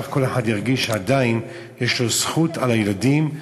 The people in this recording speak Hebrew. כך כל אחד ירגיש שעדיין יש לו זכות על הילדים.